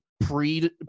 pre